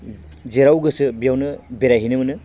जेराव गोसो बेयावनो बेरायहैनो मोनो